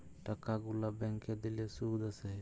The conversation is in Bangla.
টাকা গুলা ব্যাংকে দিলে শুধ আসে